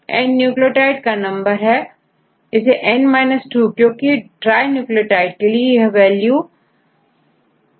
N nucleotide का number है इसेn 2 क्योंकि ट्राई न्यूक्लियोटाइड के लिए यह वैल्यू होती है